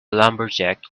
lumberjack